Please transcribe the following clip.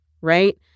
right